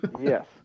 yes